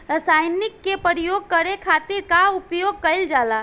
रसायनिक के प्रयोग करे खातिर का उपयोग कईल जाला?